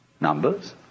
Numbers